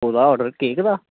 कोह्दा order cake दा